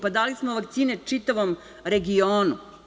Dali smo vakcine čitavom regionu.